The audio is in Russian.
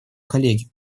коллеге